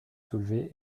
soulevez